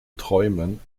träumen